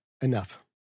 enough